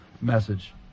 message